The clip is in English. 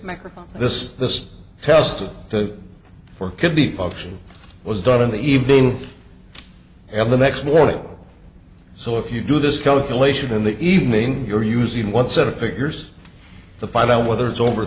make this the test for kidney function was done in the evening have the next morning so if you do this calculation in the evening you're using one set of figures to find out whether it's over